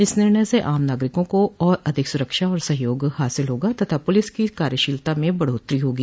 इस निर्णय से आम नागरिकों को और अधिक सुरक्षा और सहयोग हासिल होगा तथा पुलिस की कार्यशीलता में बढ़ोत्तरी होगी